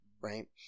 right